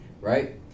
right